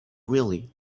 really